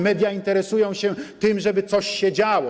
Media interesują się tym, żeby coś się działo.